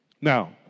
Now